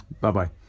Bye-bye